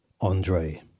Andre